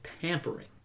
tampering